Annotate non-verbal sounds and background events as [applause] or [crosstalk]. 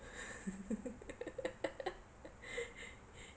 [laughs]